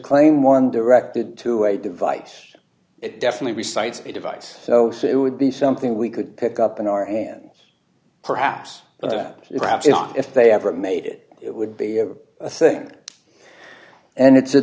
claim one directed to a device it definitely recites a device so so it would be something we could pick up in our hands perhaps but i doubt if they ever made it it would be a thing and it's a